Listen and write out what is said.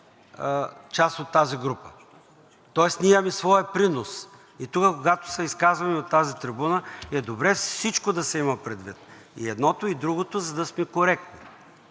част от тази група, тоест ние имаме своя принос. И тук, когато се изказваме от тази трибуна, е добре всичко да се има предвид – и едното, и другото, за да сме коректни